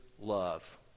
love